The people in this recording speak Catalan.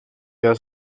queda